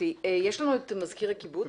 יש לנו את מזכיר הקיבוץ?